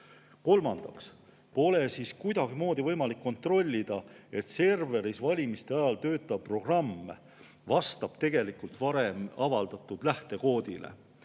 Kolmandaks pole siis kuidagimoodi võimalik kontrollida, kas serveris valimiste ajal töötav programm tegelikult vastab varem avaldatud lähtekoodile.